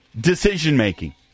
decision-making